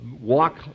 walk